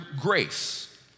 grace